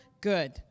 good